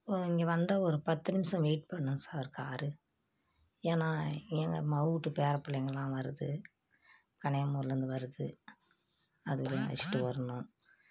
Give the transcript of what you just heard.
இங்கே வந்து ஒரு பத்து நிமிஷம் வெயிட் பண்ணும் சார் காரு ஏன்னா எங்கள் மவ வீட்டு பேரப்பிள்ளைங்கள்லாம் வருது கன்னியாகுமரிலேருந்து வருது அதை போய் அழைச்சுட்டு வர்ணும்